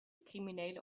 criminele